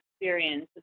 experience